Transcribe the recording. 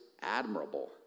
admirable